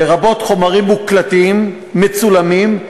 לרבות חומרים מוקלטים, מצולמים,